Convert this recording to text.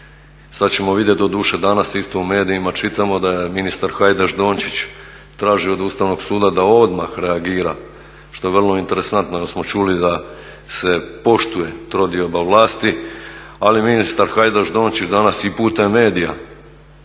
Sad ćemo vidjeti, doduše danas isto u medijima čitamo da ministar Hajdaš Dončić traži od Ustavnog suda da odmah reagira što je vrlo interesantno, jer smo čuli da se poštuje trodioba vlasti. Ali ministar Hajdaš Dončić danas i putem medija,